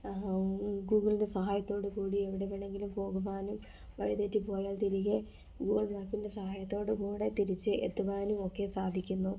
ഗൂഗിളിൻ്റെ സഹായത്തോടു കൂടി എവിടെ വേണമെങ്കിലും പോകുവാനും വഴി തെറ്റിപ്പോയാൽ തിരികേ ഗൂഗിൾ മാപ്പിൻ്റെ സഹായത്തോടു കൂടെ തിരിച്ച് എത്തുവാനും ഒക്കേ സാധിക്കുന്നു